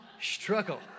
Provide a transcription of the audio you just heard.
Struggle